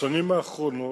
בשנים האחרונות,